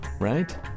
right